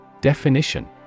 Definition